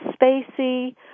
spacey